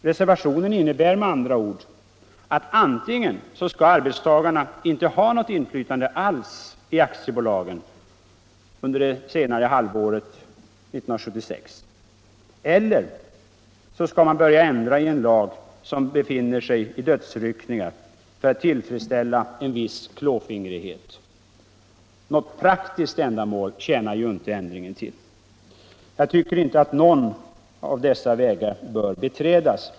Reservationen innebär med andra ord att antingen skall arbetstagarna inte ha något inflytande alls i aktiebolagen under det senare halvåret 1976 eller också skall man för att tillfredsställa en viss klåfingrighet börja ändra i en lag som befinner sig i dödsryckningar. Något praktiskt ändamål tjänar inte ändringen. Jag tycker inte att någon av dessa vägar bör beträdas.